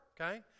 okay